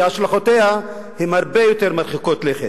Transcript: שהשלכותיה הן הרבה יותר מרחיקות לכת,